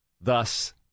Thus